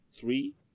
three